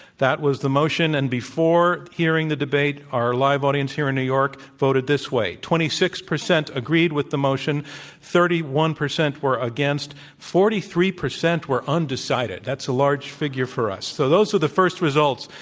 that was the motion. and before hearing the debate, our live audience here in new york voted this way twenty six percent agreed with the motion thirty one percent were against forty three percent were undecided. that's a large figure for us. so, those were the first results.